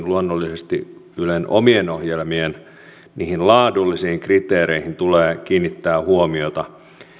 luonnollisesti myös ylen omien ohjelmien laadullisiin kriteereihin tulee kiinnittää huomiota